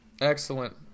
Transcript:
Excellent